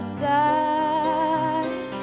side